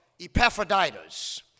Epaphroditus